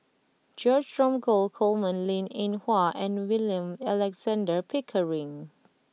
George Dromgold Coleman Linn In Hua and William Alexander Pickering